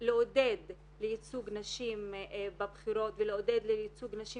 לעודד לייצוג נשים בבחירות ולעודד לייצוג נשים